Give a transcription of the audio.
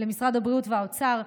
ולמשרד הבריאות והאוצר,